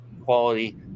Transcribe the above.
quality